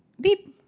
Beep